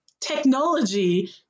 technology